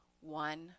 one